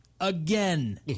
Again